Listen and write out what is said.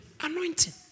Anointing